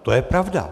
To je pravda.